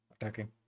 attacking